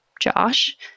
Josh